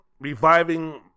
reviving